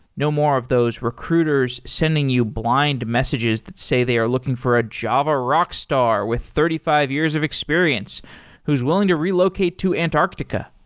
no more of those recruiters sending you blind messages that say they are looking for a java rockstar with thirty five years of experience who's willing to relocate to antarctica.